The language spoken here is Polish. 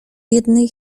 jednej